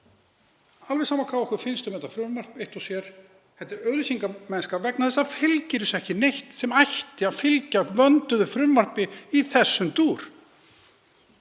alveg sama hvað okkur finnst um þetta frumvarp eitt og sér. Þetta er auglýsingamennska vegna þess að frumvarpinu fylgir ekki neitt sem ætti að fylgja vönduðu frumvarpi í þessum dúr,